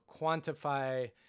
quantify